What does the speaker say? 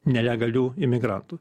nelegalių imigrantų